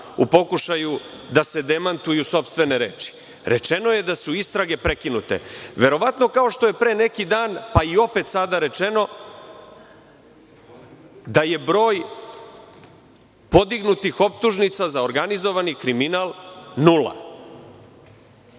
u pokušaju da se demantuju sopstvene reči. Rečeno je da su istrage prekinute. Verovatno kao što je pre neki dan, pa i opet sada rečeno da je broj podignutih optužnica za organizovani kriminal nula.